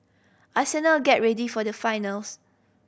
Arsenal get ready for the finals